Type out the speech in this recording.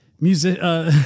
music